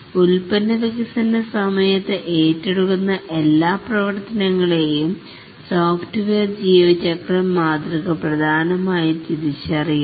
ഉൽപ്പന്ന വികസന സമയത്ത് ഏറ്റെടുക്കുന്ന എല്ലാ പ്രവർത്തനങ്ങളെയും സോഫ്റ്റ്വെയർ ജീവചക്രം മാതൃക പ്രധാനമായും തിരിച്ചറിയുന്നു